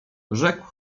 rzekł